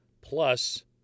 plus